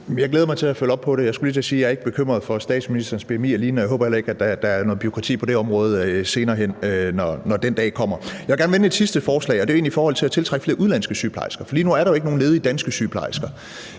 Jeg skulle lige til at sige, at jeg ikke er bekymret for statsministerens bmi og lignende, og jeg håber heller ikke, der er noget bureaukrati på det område senere hen, når den dag kommer. Jeg vil gerne vende mit sidste forslag, og det er egentlig i forhold til at tiltrække flere udenlandske sygeplejersker, for lige nu er der jo ikke nogen ledige danske sygeplejersker,